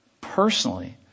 personally